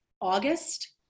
August